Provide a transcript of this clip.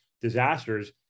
disasters